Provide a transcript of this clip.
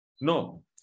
No